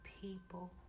people